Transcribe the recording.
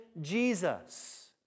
Jesus